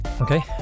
Okay